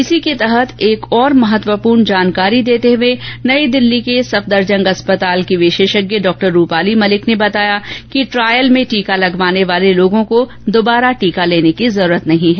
इसी के तहत एक और महत्वपूर्ण जानेकारी देते हुये नई दिल्ली के सफदरजंग अंस्पताल की विशेषज्ञ डॉ रूपाली मलिक ने बताया कि ट्रायल में टीका लगवाने वाले लोगों को दुबारा टीका लेने की जरूरत नहीं है